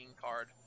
card